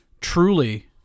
truly